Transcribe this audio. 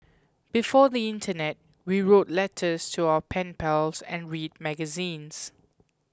before the internet we wrote letters to our pen pals and read magazines